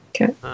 Okay